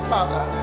Father